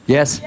Yes